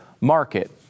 market